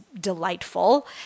delightful